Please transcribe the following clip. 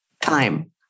time